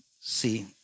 see